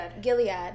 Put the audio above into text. Gilead